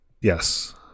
Yes